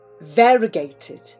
Variegated